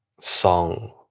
song